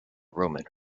roman